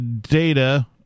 data